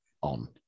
on